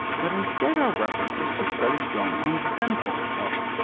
but instead are references to studies done on dental health.